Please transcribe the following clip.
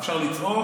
אפשר לצעוק,